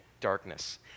Darkness